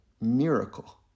miracle